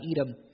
Edom